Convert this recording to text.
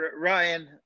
Ryan